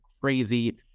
crazy